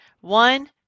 One